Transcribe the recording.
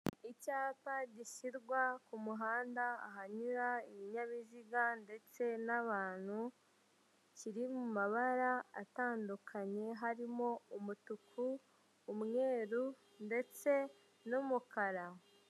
Icyapa gishyirwa ku muhanda ahanyura ibinyabiziga ndetse n'abantu, kiri mu mabara atandukanye harimo umutuku, umweru ndetse n'umukara.